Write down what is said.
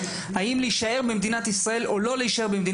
האם להישאר במדינת ישראל או לא להישאר פה.